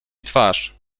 twarz